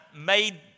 made